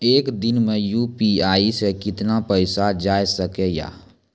एक दिन मे यु.पी.आई से कितना पैसा जाय सके या?